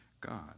God